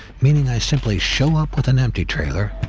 meaning i simply show up with an empty trailer,